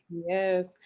Yes